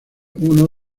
uno